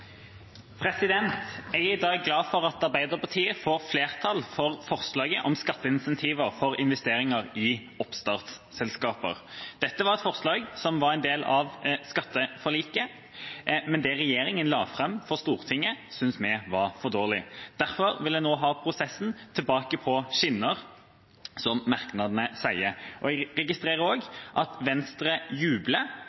Jeg er i dag glad for at Arbeiderpartiet får flertall for forslaget om skatteincentiver for investeringer i oppstartsselskap. Dette var et forslag som var en del av skatteforliket, men det regjeringa la fram for Stortinget, syntes vi var for dårlig. Derfor vil vi nå ha prosessen tilbake på skinner, som merknadene sier. Jeg registrerer